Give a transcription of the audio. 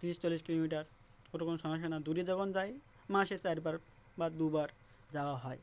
তিরিশ চল্লিশ কিলোমিটার ওর কোন সময় না দূরে যখন যায় মাসে চারবার বা দুবার যাওয়া হয়